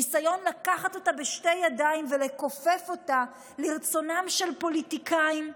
ניסיון לקחת אותה בשתי ידיים ולכופף אותה לרצונם של פוליטיקאים,